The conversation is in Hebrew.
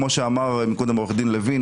כמו שאמר קודם עו"ד לוין,